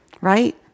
Right